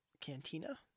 Cantina